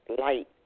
light